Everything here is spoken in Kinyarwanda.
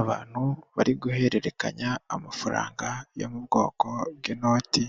Abantu bari guhererekanya amafaranga yo mu bwoko bw'inoti